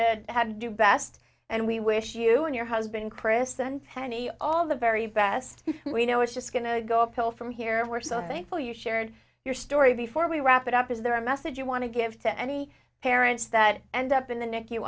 out how to do best and we wish you and your husband kristen hanny all the very best we know it's just going to go uphill from here and we're so thankful you shared your story before we wrap it up is there a message you want to give to any parents that end up in the ne